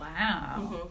Wow